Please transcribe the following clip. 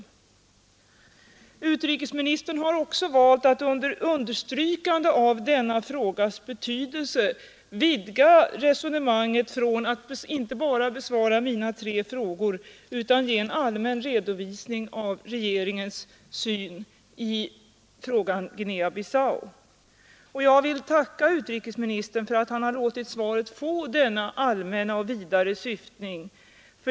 Utrikesministern har också valt att under understrykande av denna frågas betydelse vidga resonemanget och inte bara besvara mina tre frågor utan ge en allmän redovisning av regeringens syn i frågan Guinea-Bissau. Jag vill tacka utrikesministern för att han låtit svaret få denna allmänna och vidare syftning.